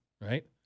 right